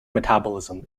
metabolism